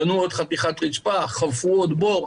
בנו עוד חתיכת רצפה, חפרו עוד בור.